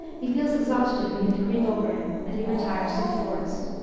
he feels exhaustion begin to creep over him, and he retires to the forest.